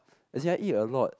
as in I eat a lot